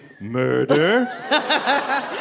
murder